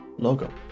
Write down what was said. Logo